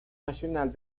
nacional